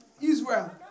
Israel